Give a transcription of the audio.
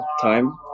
time